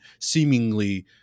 seemingly